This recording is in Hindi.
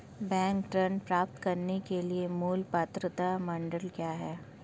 बैंक ऋण प्राप्त करने के लिए मूल पात्रता मानदंड क्या हैं?